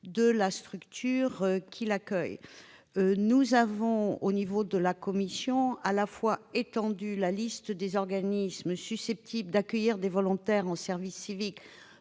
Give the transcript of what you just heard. de la structure qui l'accueille. Notre commission a étendu la liste des organismes susceptibles d'accueillir des volontaires en service civique